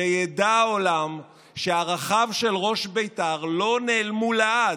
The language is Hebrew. שידע העולם שערכיו של ראש בית"ר לא נעלמו לעד.